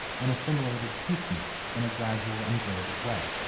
and assimilated piecemeal, in a gradual and graded way.